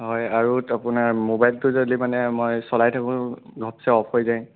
হয় আৰু আপোনাৰ ম'বাইলটো যদি মানে মই চলাই থাকোঁ ঘপচে অফ হৈ যায়